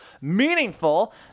meaningful